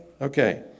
Okay